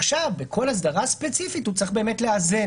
עכשיו בכל אסדרה ספציפית הוא צריך לאזן.